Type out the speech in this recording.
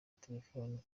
telefone